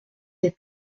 des